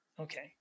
Okay